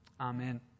amen